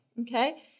Okay